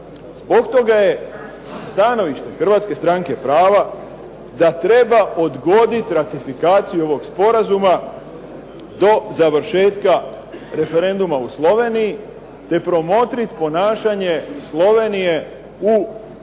Zbog toga je sa stanovišta Hrvatske stranke prava da treba odgoditi ratifikaciju ovog sporazuma do završetka referenduma u Sloveniji, te promotriti ponašanje Slovenije u rješavanju